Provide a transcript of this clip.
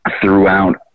throughout